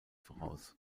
voraus